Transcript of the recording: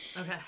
Okay